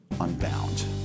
unbound